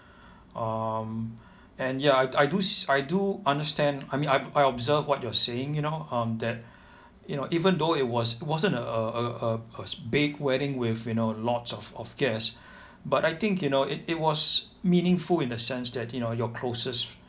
um and ya I do s~ I do understand I mean I I observed what you are saying you know um that you know even though it was it wasn't a a a a big wedding with you know lots of of guests but I think you know it it was meaningful in the sense that you know your closest